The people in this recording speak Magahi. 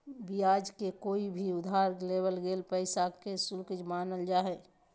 ब्याज के कोय भी उधार लेवल गेल पैसा के शुल्क मानल जा हय